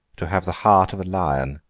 to have the heart of a lion.